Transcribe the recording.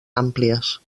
àmplies